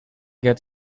get